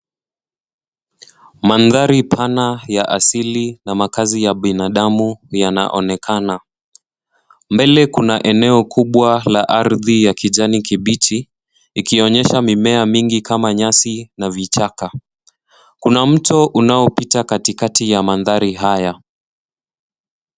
Mandhari pana ya asili na makazi ya binadamu yanaonekana. Mbele kuna eneo kubwa la ardhi ya kijani kibichi, ikionyesha mimea mingi kama nyasi na vichaka. Kuna mto unaopita katikati ya mandhari haya.